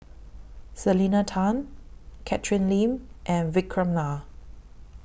Selena Tan Catherine Lim and Vikram Nair